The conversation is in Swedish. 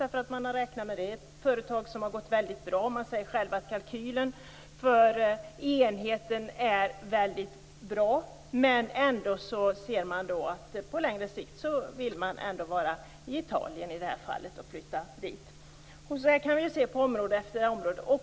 Det är ett företag som har gått bra. Kalkylen för enheten är bra. Men på längre sikt vill företaget vara i Italien - och flyttar alltså dit. Detta kan vi se på område efter område.